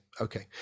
okay